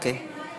אולי אני אדבר.